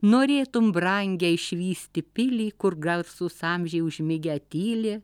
norėtum brangią išvysti pilį kur garsūs amžiai užmigę tyli